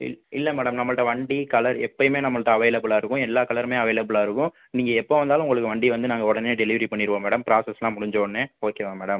இல் இல்லை மேடம் நம்மள்கிட்ட வண்டி கலர் எப்பவுமே நம்மள்கிட்ட அவைலபுலாக இருக்கும் எல்லா கலருமே அவைலபுலாக இருக்கும் நீங்கள் எப்போ வந்தாலும் உங்களுக்கு வண்டி வந்து நாங்கள் உடனே டெலிவரி பண்ணிடுவோம் மேடம் பிராசஸ்லாம் முடிஞ்ச உடனே ஓகேவா மேடம்